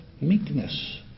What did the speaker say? meekness